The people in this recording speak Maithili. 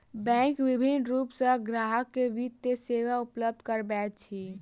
बैंक विभिन्न रूप सॅ ग्राहक के वित्तीय सेवा उपलब्ध करबैत अछि